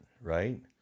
right